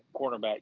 cornerback